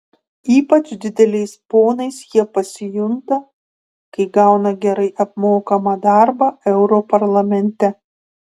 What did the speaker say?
ypač dideliais ponais jie pasijunta kai gauna gerai apmokamą darbą europarlamente